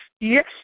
Yes